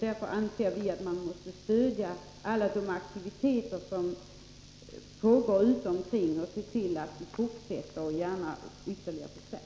Därför tycker vi att man måste stödja alla de aktiviteter som pågår på olika håll och gärna se till att de ytterligare förstärks.